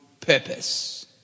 purpose